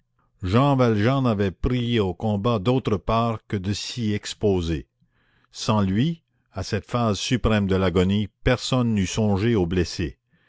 jean valjean n'avait pris au combat d'autre part que de s'y exposer sans lui à cette phase suprême de l'agonie personne n'eût songé aux blessés